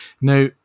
Now